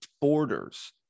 borders